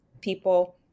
people